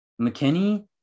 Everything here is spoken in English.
McKinney